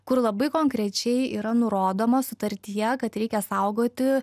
kur labai konkrečiai yra nurodoma sutartyje kad reikia saugoti